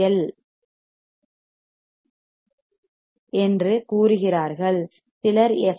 L fL என்று கூறுகிறார்கள் சிலர் எஃப்